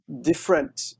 different